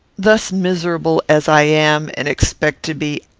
thus miserable as i am and expect to be,